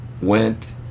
went